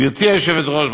גברתי היושבת-ראש,